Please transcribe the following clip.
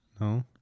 No